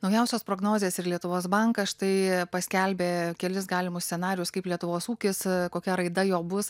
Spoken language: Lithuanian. naujausios prognozės ir lietuvos bankas štai paskelbė kelis galimus scenarijus kaip lietuvos ūkis kokia raida jo bus